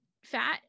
fat